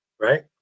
Right